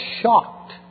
shocked